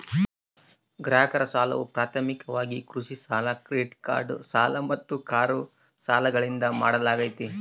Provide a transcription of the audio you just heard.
ಗ್ರಾಹಕರ ಸಾಲವು ಪ್ರಾಥಮಿಕವಾಗಿ ಗೃಹ ಸಾಲ ಕ್ರೆಡಿಟ್ ಕಾರ್ಡ್ ಸಾಲ ಮತ್ತು ಕಾರು ಸಾಲಗಳಿಂದ ಮಾಡಲಾಗ್ತೈತಿ